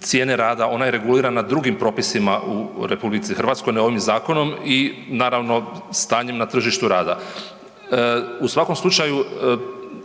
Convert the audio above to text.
cijene rada ona je regulirana drugim propisima u RH ne ovim zakonom i naravno stanjem na tržištu rada. U svakom slučaju